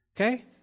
Okay